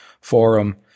forum